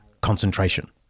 concentration